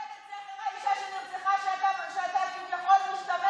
תכבד את זכר האישה שנרצחה שאתה כביכול משתמש